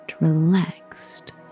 relaxed